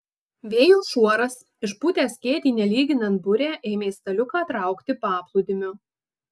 vėjo šuoras išpūtęs skėtį nelyginant burę ėmė staliuką traukti paplūdimiu